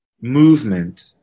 movement